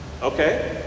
okay